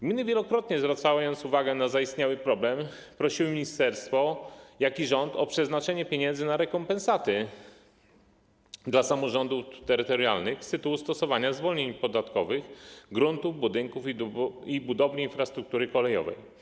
Gminy, wielokrotnie zwracając uwagę na zaistniały problem, prosiły ministerstwo, jak i rząd o przeznaczenie pieniędzy na rekompensaty dla samorządów terytorialnych z tytułu stosowania zwolnień podatkowych w odniesieniu do gruntów, budynków i budowli infrastruktury kolejowej.